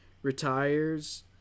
Retires